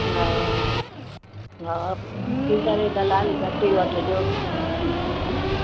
हा हा हिनजे करे दलाली घटि ई वठिजो